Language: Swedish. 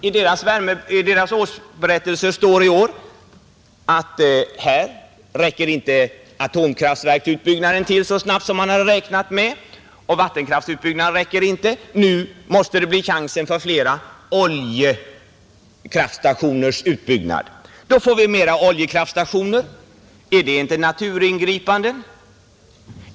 I dess årsberättelse står i år att här räcker inte atomkraftverksutbyggnaden till — den går inte så snabbt som man hade räknat med — och vattenkraftsutbyggnaden räcker inte. Nu måste det bli chansen för flera oljekraftstationers utbyggnad. Då får vi alltså flera oljekraftstationer. Är det inte naturingripanden?